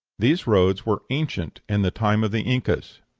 these roads were ancient in the time of the incas.